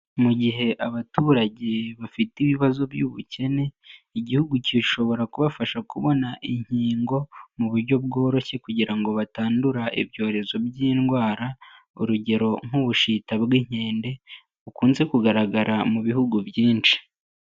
Mu gihe abaturage bafite ibibazo by'ubukene, Igihugu gishobora kubafasha kubona inkingo mu buryo bworoshye kugira ngo batandura ibyorezo by'indwara, urugero nk'ubushita bw'inkende bukunze kugaragara mu bihugu byinshi.